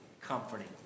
comforting